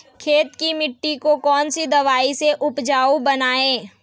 खेत की मिटी को कौन सी दवाई से उपजाऊ बनायें?